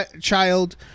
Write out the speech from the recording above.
child